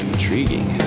Intriguing